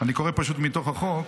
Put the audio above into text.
אני פשוט קורא מתוך החוק.